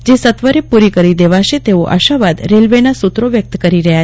જે સત્વરે પૂરી કરી દેવાશે તેવો અાશાવાદ રેલવેના સુત્રો વ્યકત કરી રહ્યા છે